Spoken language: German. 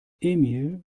emil